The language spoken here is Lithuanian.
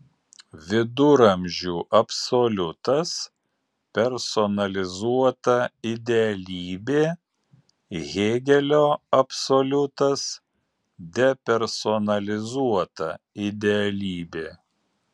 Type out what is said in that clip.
viduramžių absoliutas personalizuota idealybė hėgelio absoliutas depersonalizuota idealybė